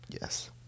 Yes